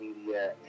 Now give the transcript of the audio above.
media